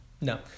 No